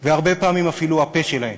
והרבה פעמים אפילו הפה שלהם.